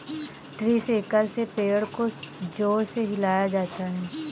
tree shaker से पेड़ को जोर से हिलाया जाता है